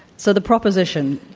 so the proposition,